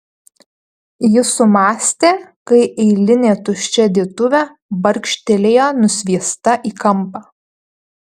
jis sumąstė kai eilinė tuščia dėtuvė barkštelėjo nusviesta į kampą